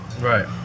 Right